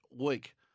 week